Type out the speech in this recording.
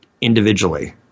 individually